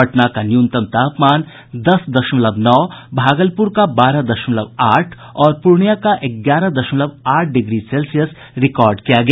पटना का न्यूनतम तापमान दस दशमलव नौ भागलपुर का बारह दशमलव आठ और पूर्णिया का ग्यारह दशमलव आठ डिग्री सेल्सियस रिकार्ड किया गया